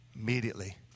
Immediately